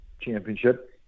championship